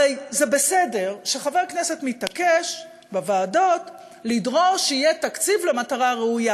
הרי זה בסדר שחבר כנסת מתעקש בוועדות לדרוש שיהיה תקציב למטרה ראויה.